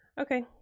Okay